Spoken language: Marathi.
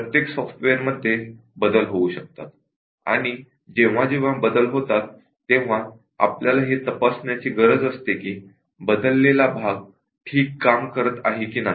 प्रत्येक सॉफ्टवेअरमध्ये बदल होतात आणि जेव्हा जेव्हा बदल होतात तेव्हा आपल्याला हे तपासण्याची गरज असते कि बदललेला भाग ठीक काम करत आहे की नाही